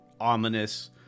ominous